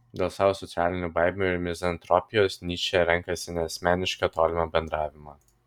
dėl savo socialinių baimių ir mizantropijos nyčė renkasi neasmenišką tolimą bendravimą